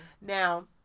now